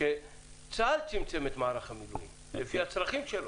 שצה"ל צמצם את מערך המילואים לפי הצרכים שלו.